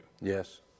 Yes